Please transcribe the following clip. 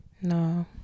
no